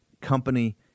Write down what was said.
company